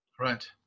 Right